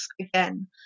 again